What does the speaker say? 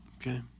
Okay